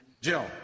Jill